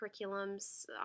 curriculums